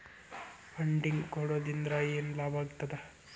Funding ಕೊಡೊದ್ರಿಂದಾ ಏನ್ ಲಾಭಾಗ್ತದ?